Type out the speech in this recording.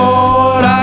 Lord